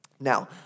Now